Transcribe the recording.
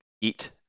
eat